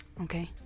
Okay